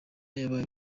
yabaye